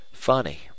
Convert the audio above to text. funny